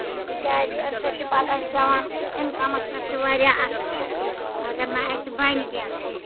تِکیازِ اَمہِ سۭتۍ چھُ پَتہٕ اَسہِ پیوان اِنکَمَس پٮ۪ٹھ تہِ واریاہ اَثر اَگر نہٕ اَسہِ بَنہِ کیٚنٛہہ